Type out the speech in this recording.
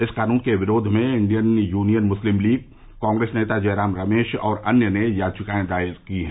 इस कानून के विरोध में Indian Union Muslim League Congress नेता जयराम रमेश और अन्य ने याचिकाए दायर की हैं